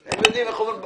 הם חכמים להרע.